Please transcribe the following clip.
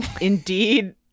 indeed